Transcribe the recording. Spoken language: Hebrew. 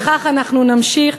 וכך אנחנו נמשיך,